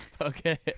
okay